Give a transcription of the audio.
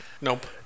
Nope